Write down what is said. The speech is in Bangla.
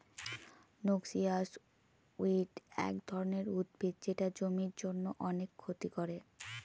নক্সিয়াস উইড এক ধরনের উদ্ভিদ যেটা জমির জন্য অনেক ক্ষতি করে